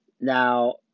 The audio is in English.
Now